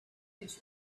huge